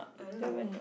I don't know